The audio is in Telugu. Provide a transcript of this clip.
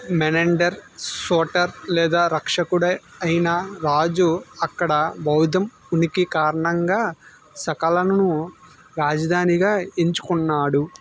మెనండర్ సోటర్ లేదా రక్షకుడె ఐనా రాజు అక్కడ బౌద్ధం ఉనికి కారణంగా సకలను రాజధానిగా ఎంచుకున్నాడు